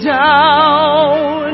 down